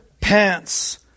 pants